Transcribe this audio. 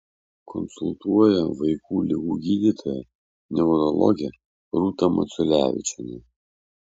konsultuoja vaikų ligų gydytoja neurologė rūta maciulevičienė